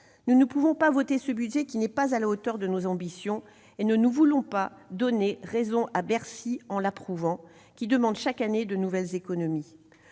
Nous ne pouvons pas voter ses crédits, qui ne sont pas à la hauteur de nos ambitions, et nous ne voulons pas donner raison à Bercy, qui demande chaque année de nouvelles économies.